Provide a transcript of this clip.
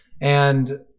and-